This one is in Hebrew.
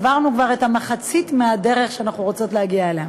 עברנו כבר את מחצית מהדרך שאנחנו רוצות להגיע אתה.